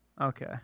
Okay